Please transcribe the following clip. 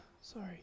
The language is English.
Sorry